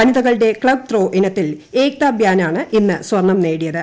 വനിതകളുടെ club throw ഇനത്തിൽ ഏക്തബ്യാനാണ് ഇന് സ്വർണ്ണം നേടിയത്